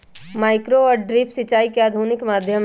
micro और drip सिंचाई के आधुनिक माध्यम हई